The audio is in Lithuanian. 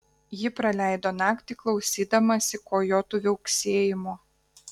ji praleido naktį klausydamasi kojotų viauksėjimo